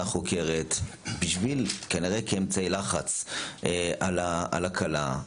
החוקרת בשביל כנראה כאמצעי לחץ על הכלה,